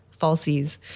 falsies